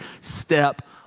step